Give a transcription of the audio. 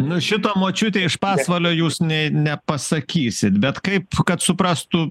nu šito močiutei iš pasvalio jūs nė nepasakysit bet kaip kad suprastų